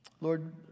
Lord